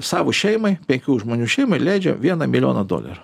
savo šeimai penkių žmonių šeimai leidžia vieną milijoną dolerių